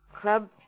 Club